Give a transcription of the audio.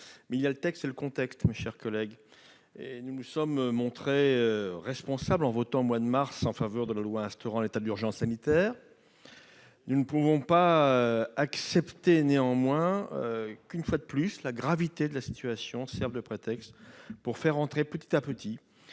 il y a le texte et le contexte ... Nous nous sommes montrés responsables en votant, au mois de mars dernier, en faveur de la loi instaurant l'état d'urgence sanitaire. Nous ne pouvons néanmoins accepter que, une fois de plus, la gravité de la situation serve de prétexte pour faire entrer peu à peu